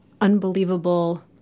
unbelievable